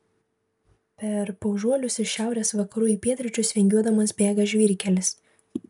per paužuolius iš šiaurės vakarų į pietryčius vingiuodamas bėga žvyrkelis